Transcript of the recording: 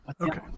Okay